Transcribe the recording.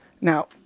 Now